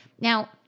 Now